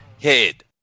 head